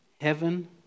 heaven